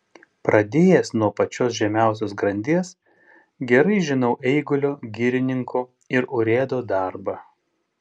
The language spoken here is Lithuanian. pradėjęs nuo pačios žemiausios grandies gerai žinau eigulio girininko ir urėdo darbą